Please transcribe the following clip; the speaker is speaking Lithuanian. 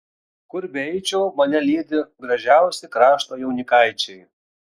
kur beeičiau mane lydi gražiausi krašto jaunikaičiai